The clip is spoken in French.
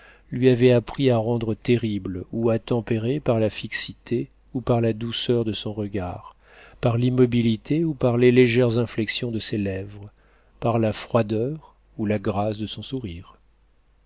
lui avaient appris à rendre terrible ou à tempérer par la fixité ou par la douceur de son regard par l'immobilité ou par les légères inflexions de ses lèvres par la froideur ou la grâce de son sourire